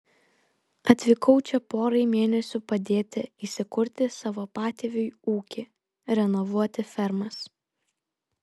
atvykau čia porai mėnesių padėti įsikurti savo patėviui ūkį renovuoti fermas